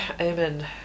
Amen